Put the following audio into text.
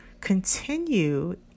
continue